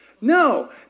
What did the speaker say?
No